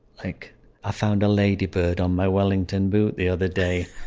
like i found a ladybird on my wellington boot the other day!